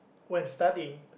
when studying